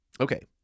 Okay